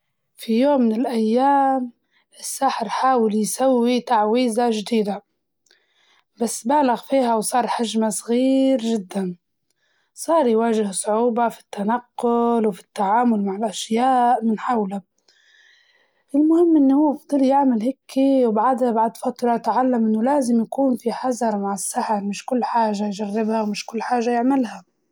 في يوم من الأيام الساحر حاول يسوي تعويزة جديدة، بس بالغ فيها وصار خجمه صغير جداً، صار يواجه صعوبة في التنقل وفي التعامل مع الأشياء من حوله، المهم إنه هو فضل يعمل هيكي وبعدها بعد فترة تعلم إنه لازم يكون في حزر مع السحر مش كل حاجة يجربها ومش كل حاجة يعملها.